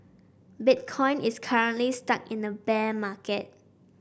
bitcoin is currently stuck in a bear market